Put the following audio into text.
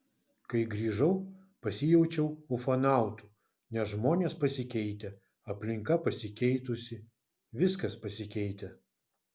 kai grįžau pasijaučiau ufonautu nes žmonės pasikeitę aplinka pasikeitusi viskas pasikeitę